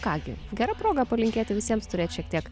ką gi gera proga palinkėti visiems turėt šiek tiek